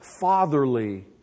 fatherly